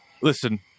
Listen